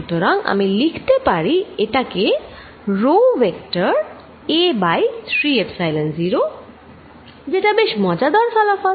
সুতরাং আমি লিখতে পারি এটা কে rho vector a by 3 epsilon 0 যেটা বেশ মজাদার ফলাফল